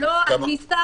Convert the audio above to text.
מספר